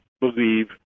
believe